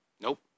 Nope